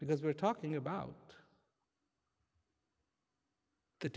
because we're talking about the